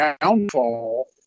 downfall